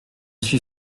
suis